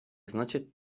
znacie